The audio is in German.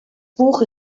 buch